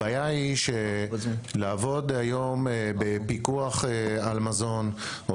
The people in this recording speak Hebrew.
הבעיה היא שלעבוד היום בפיקוח על מזון או